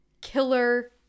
killer